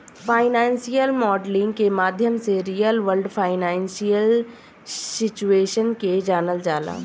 financial modelling के माध्यम से रियल वर्ल्ड फाइनेंशियल सिचुएशन के जानल जाला